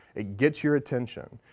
it gets your attention.